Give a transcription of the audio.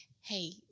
hey